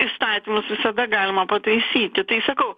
įstatymus visada galima pataisyti tai sakau